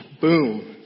boom